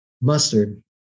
mustard